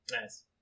nice